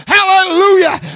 Hallelujah